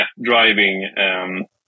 driving